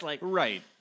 Right